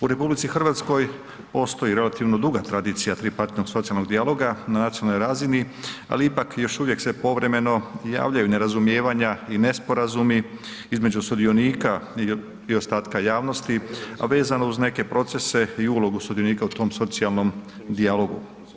U RH postoji relativno duga tradicija tripartitnog socijalnog dijaloga na nacionalnoj razini ali ipak i još uvijek se povremeno javljaju nerazumijevanja i nesporazumi između sudionika i ostatka javnosti a vezano uz neke procese i ulogu sudionika u tom socijalnom dijalogu.